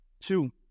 two